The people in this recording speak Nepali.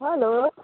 हेलो